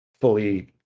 fully